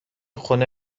خونه